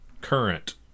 current